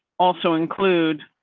also include.